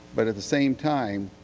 but at the same time,